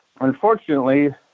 Unfortunately